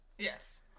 Yes